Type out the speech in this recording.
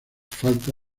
falta